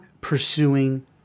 pursuing